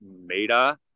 meta